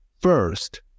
first